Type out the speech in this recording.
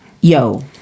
yo